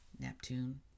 Neptune